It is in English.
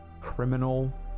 criminal